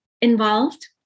involved